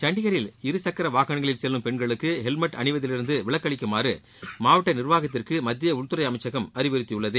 சண்டிகரில் இரு சக்கர வாகனங்களில் செல்லும் பெண்களுக்கு ஹெல்மெட் அணிவதிலிருந்து விலக்கு அளிக்குமாறு மாவட்ட நிர்வாகத்திற்கு மத்திய உள்துறை அமைச்சகம் அறிவறுத்தியுள்ளது